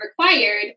required